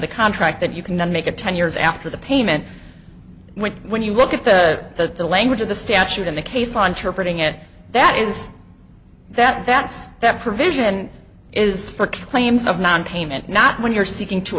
the contract that you can then make it ten years after the payment when you look at the language of the statute in the case launch reporting it that is that that's that provision is for claims of nonpayment not when you're seeking to